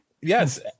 yes